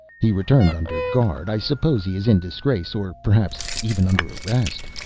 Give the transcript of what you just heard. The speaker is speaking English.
he returned under guard. i suppose he is in disgrace, or perhaps even under arrest.